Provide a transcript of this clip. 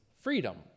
freedom